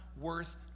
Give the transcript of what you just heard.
worth